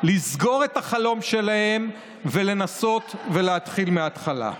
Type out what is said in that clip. לסגור את החלום שלהם ולנסות להתחיל מהתחלה.